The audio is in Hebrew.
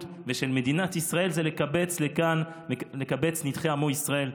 ושל מדינת ישראל: לקבץ לכאן "נדחי עמו ישראל".